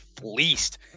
fleeced